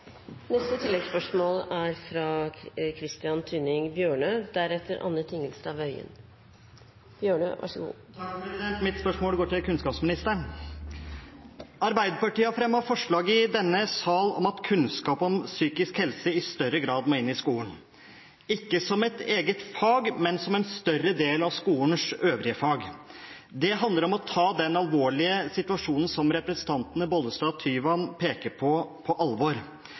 Christian Tynning Bjørnø – til oppfølgingsspørsmål. Mitt spørsmål går til kunnskapsministeren. Arbeiderpartiet har fremmet forslag i denne sal om at kunnskap om psykisk helse i større grad må inn i skolen, ikke som et eget fag, men som en større del av skolens øvrige fag. Det handler om å ta den alvorlige situasjonen som representantene Bollestad og Tyvand peker på, på alvor.